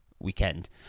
weekend